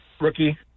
rookie